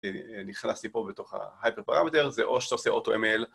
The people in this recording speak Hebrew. ‫נכנסתי פה בתוך ההייפר פרמטר, ‫זה או שאתה עושה אוטו-אם-אל.